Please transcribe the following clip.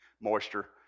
moisture